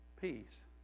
peace